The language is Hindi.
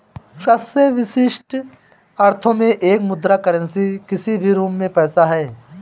सबसे विशिष्ट अर्थों में एक मुद्रा करेंसी किसी भी रूप में पैसा है